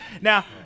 Now